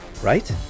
right